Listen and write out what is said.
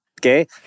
Okay